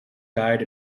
died